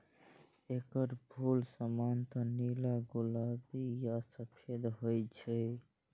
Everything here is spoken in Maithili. एकर फूल सामान्यतः नीला, गुलाबी आ सफेद होइ छै